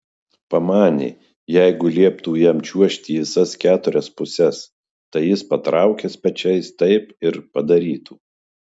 pamanė jeigu lieptų jam čiuožti į visas keturias puses tai jis patraukęs pečiais taip ir padarytų